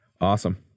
Awesome